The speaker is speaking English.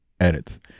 edits